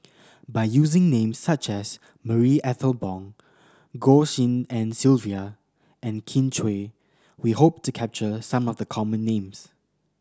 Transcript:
by using names such as Marie Ethel Bong Goh Tshin En Sylvia and Kin Chui we hope to capture some of the common names